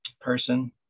person